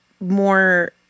more